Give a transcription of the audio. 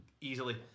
easily